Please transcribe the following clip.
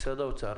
משרד האוצר